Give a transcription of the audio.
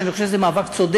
כי אני חושב שזה מאבק צודק,